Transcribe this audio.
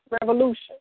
revolution